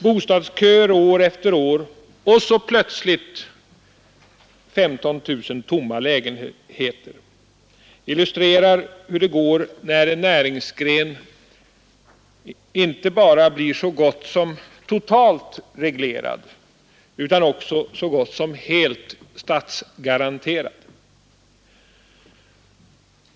Bostadsköer år efter år och så plötsligt 15 000 tomma lägenheter illustrerar hur det går, när en näringsgren inte bara blir så gott som totalt reglerad utan också så gott som helt statsgaranterad.